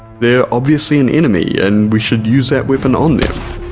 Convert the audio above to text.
they're obviously an enemy and we should use that weapon on them.